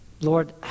Lord